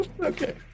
Okay